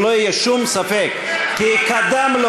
שלא יהיה שום ספק כי חבר הכנסת דוד ביטן קדם לו